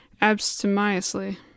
abstemiously